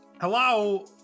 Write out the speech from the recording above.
Hello